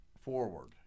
forward